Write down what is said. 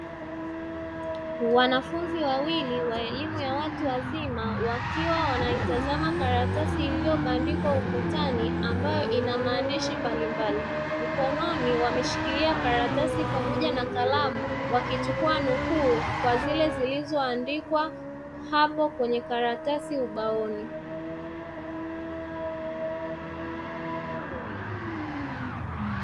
Wanafunzi wawili wa elimu ya watu wazima, wakiwa wanaitazama karatasi iliyobandikwa ukutani ambayo ina maandishi mbalimbali. Mkononi wameshikilia karatasi pamoja na kalamu, wakichukua nukuu kwa zile zilizoandikwa hapo kwenye karatasi ubaoni.